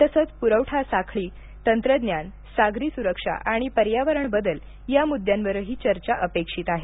तसंच पुरवठा साखळी तंत्रज्ञान सागरी सुरक्षा आणि पर्यावरण बदल या मुद्द्यांवरही चर्चा अपेक्षित आहे